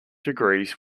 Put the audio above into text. degrees